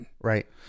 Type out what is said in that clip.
Right